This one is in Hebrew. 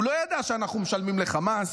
הוא לא ידע שאנחנו משלמים לחמאס.